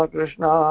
Krishna